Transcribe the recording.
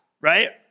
right